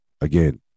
again